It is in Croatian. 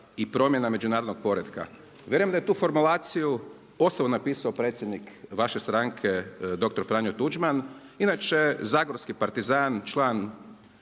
i promjena međunarodnog poretka. Vjerujem da je tu formulaciju osobno napisao predsjednik vaše stranke dr. Franjo Tuđman, inače zagorski partizan, član